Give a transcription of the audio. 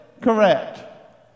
correct